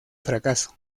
fracaso